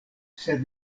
sed